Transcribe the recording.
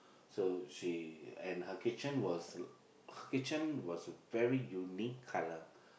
so she and her kitchen was her kitchen was very unique colour